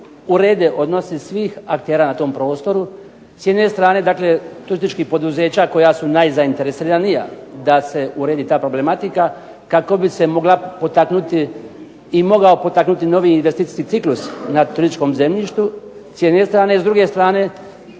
urede odnosi svih aktera na tom prostoru, s jedne strane turističkih poduzeća koja su najzainteresiranija da se uredi ta problematika kako bi se mogla potaknuti i mogao potaknuti novi investicijski ciklus na turističkom zemljištu s jedne strane, s druge strane